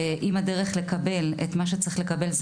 אם הדרך לקבל את מה שצריך לקבל היא